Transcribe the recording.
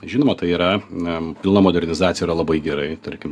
žinoma tai yra em pilna modernizacija labai gerai tarkim